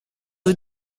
sie